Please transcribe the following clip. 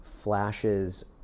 flashes